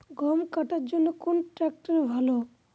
গম কাটার জন্যে কোন ট্র্যাক্টর ভালো?